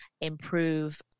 improve